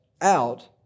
out